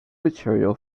material